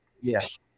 Yes